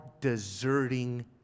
deserting